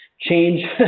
change